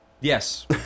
Yes